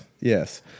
Yes